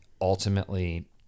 ultimately